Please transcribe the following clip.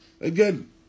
Again